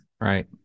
right